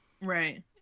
right